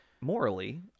morally